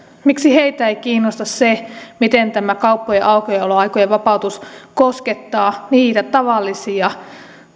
miksi heitä ei kiinnosta se miten tämä kauppojen aukioloaikojen vapautus koskettaa niitä tavallisia